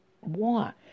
want